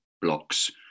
blocks